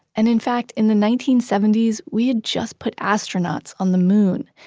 and in fact, in the nineteen seventy s we had just put astronauts on the moon.